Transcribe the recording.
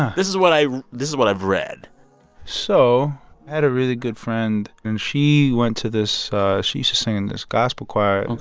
this is what i this is what i've read so i had a really good friend. and she went to this she used to sing in this gospel choir. and